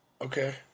okay